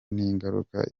n’ingaruka